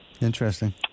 Interesting